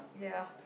ya